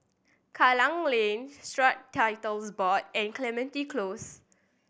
Klang Lane Strata Titles Board and Clementi Close